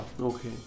okay